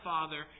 Father